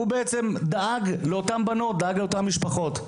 הם דאגו לאותן בנות ולמשפחותיהן.